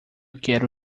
quero